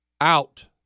out